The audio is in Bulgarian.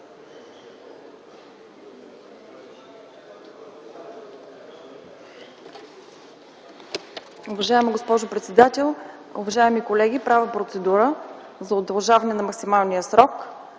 Уважаема госпожо председател, уважаеми колеги! Правя процедура за удължаване на максималния срок